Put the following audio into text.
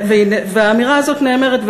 והאמירה הזאת נאמרת,